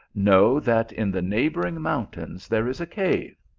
know that in the neighbouring mountains there is a cave,